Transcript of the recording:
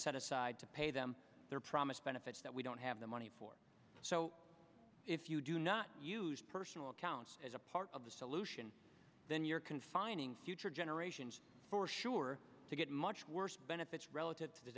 set aside to pay them their promised benefits that we don't have the money for so if you do not use personal accounts as a part of the solution then you're confining future generations for sure to get much worse benefits relative to the